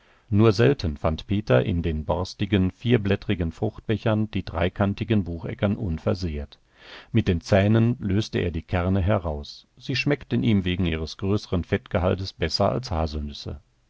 nur selten fand peter in den borstigen vierblättrigen fruchtbechern die dreikantigen bucheckern unversehrt mit den zähnen löste er die kerne heraus sie schmeckten ihm wegen ihres größeren fettgehaltes besser als haselnüsse